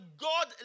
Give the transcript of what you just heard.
God